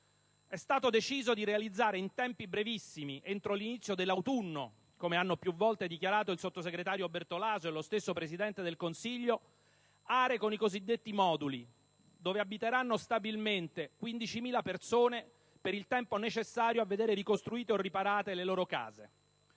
È stato deciso di realizzare in tempi brevissimi, entro l'inizio dell'autunno (come hanno più volte dichiarato il sottosegretario Bertolaso e lo stesso Presidente del Consiglio), aree con i cosiddetti moduli, dove abiteranno stabilmente 15.000 persone per il tempo necessario a vedere ricostruite o riparate le loro case.